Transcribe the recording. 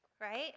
right